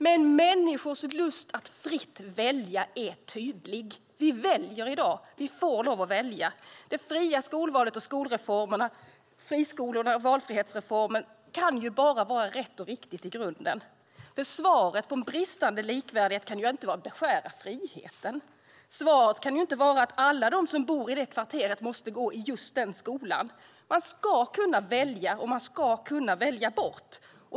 Men människors lust att välja fritt är tydlig. Vi väljer i dag, när vi får lov att välja. Det fria skolvalet och skolreformerna med friskolorna och valfrihetsreformen kan bara vara rätt och riktigt i grunden. Svaret på en bristande likvärdighet kan inte vara att beskära friheten. Svaret kan inte vara att alla som bor i ett kvarter måste gå i en viss skola. Man ska kunna välja, och man ska kunna välja bort.